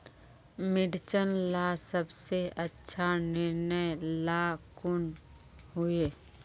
मिर्चन ला सबसे अच्छा निर्णय ला कुन होई?